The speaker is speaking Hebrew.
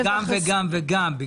אי אפשר להגיד גם וגם, בגלל